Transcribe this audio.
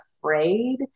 afraid